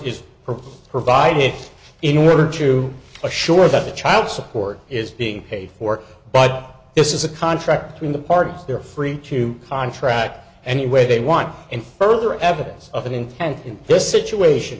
is provided in order to assure that the child support is being paid for but this is a contract between the parties they're free to contract any way they want and further evidence of an intent in this situation